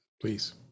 Please